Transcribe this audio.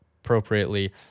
appropriately